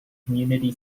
community